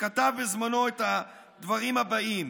שכתב בזמנו את הדברים הבאים.